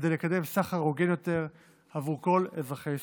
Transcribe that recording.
כדי לקדם סחר הוגן יותר עבור כל אזרחי ישראל.